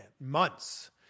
months